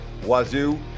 Wazoo